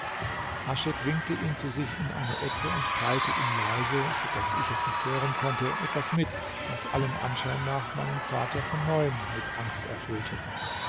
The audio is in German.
haschek winkte ihn zu sich in eine ecke und teilte ihm leise so daß ich es nicht hören konnte etwas mit was allem anschein nach meinen vater von neuem mit angst erfüllte